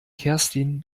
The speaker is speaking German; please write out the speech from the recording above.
kerstin